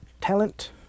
talent